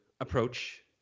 approach